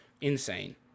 Insane